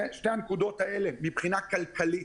מבחינה כלכלית,